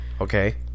Okay